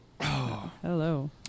Hello